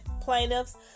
plaintiffs